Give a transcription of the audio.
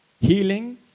Healing